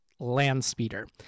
landspeeder